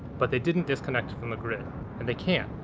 but they didn't disconnect from the grid and they can't.